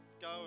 go